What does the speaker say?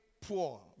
poor